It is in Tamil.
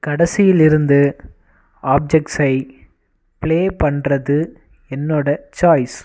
கடைசியில் இருந்து ஆப்ஜெக்ட்ஸை ப்ளே பண்ணுறது என்னோடய சாய்ஸ்